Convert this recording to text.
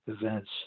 events